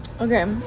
Okay